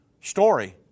story